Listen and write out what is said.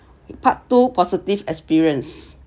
part two positive experience